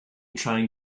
trying